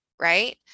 right